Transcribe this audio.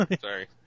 Sorry